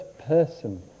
person